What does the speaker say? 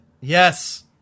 Yes